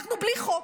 אנחנו בלי חוק,